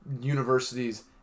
universities